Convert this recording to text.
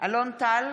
אלון טל,